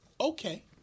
okay